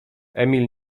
emil